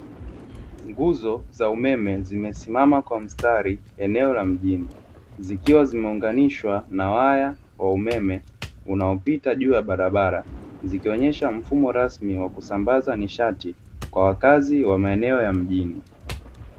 Nguzo za umeme zimesimama kwa mstari eneo la mjini, zikiwa zimeunganishwa na waya wa umeme unaopita juu ya barabara, zikionyesha mfumo rasmi wa kusambaza nishati kwa wakazi wa maeneo ya mjini.